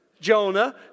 Jonah